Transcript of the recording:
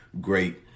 great